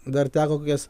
dar teko kokias